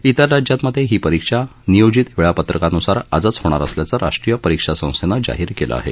इतर राज्यांमधे ही परिक्षा नियोजित वेळापत्रकान्सार आजच होणार असल्याचं राष्ट्रीय परीक्षा संस्थेनं जाहीर केलं आहे